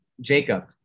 Jacob